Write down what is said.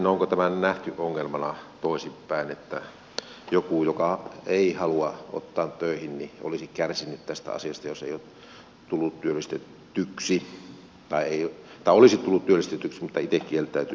onko tämä nähty ongelmana toisinpäin että joku joka ei halua ottaa töihin olisi kärsinyt tästä asiasta jos työntekijä olisi tullut työllistetyksi mutta itse kieltäytyy siitä asiasta